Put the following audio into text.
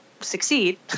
succeed